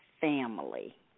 family